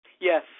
Yes